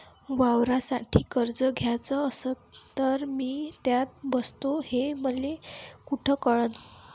वावरासाठी कर्ज घ्याचं असन तर मी त्यात बसतो हे मले कुठ कळन?